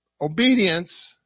obedience